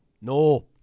No